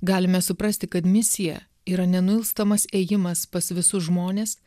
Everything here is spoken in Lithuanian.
galime suprasti kad misija yra nenuilstamas ėjimas pas visus žmones